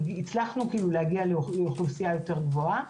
הצלחנו להגיע לאוכלוסייה יותר גבוהה.